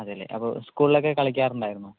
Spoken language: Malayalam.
അതേ അല്ലേ അപ്പോൾ സ്കൂളിലൊക്കെ കളിക്കാറുണ്ടായിരുന്നോ